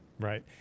Right